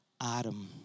Adam